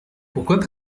pourquoi